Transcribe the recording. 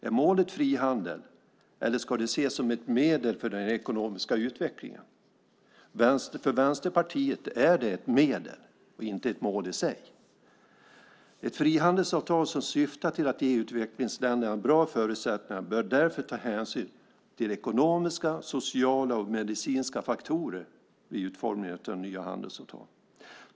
Är målet frihandel eller ska det ses som ett medel för den ekonomiska utvecklingen? För Vänsterpartiet är det ett medel och inte ett mål i sig. Ett frihandelsavtal som syftar till att ge utvecklingsländerna bra förutsättningar bör därför ta hänsyn till ekonomiska, sociala och medicinska faktorer vid utformningen av de nya handelsavtalen.